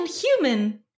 human